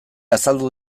azaldu